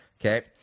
okay